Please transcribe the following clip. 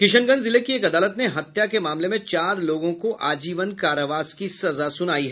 किशनगंज जिले की एक अदालत ने हत्या के मामले में चार लोगों को आजीवन कारावास की सजा सुनायी